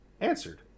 answered